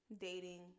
dating